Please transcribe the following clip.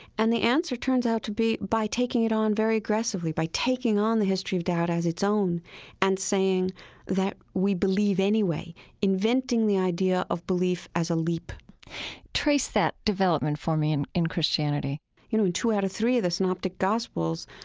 and the answer turns out to be by taking it on very aggressively, by taking on the history of doubt as its own and saying that we believe anyway inventing the idea of belief as a leap trace that development for me and in christianity you know, in two out of three of the synoptic gospels,